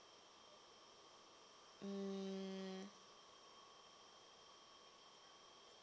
mm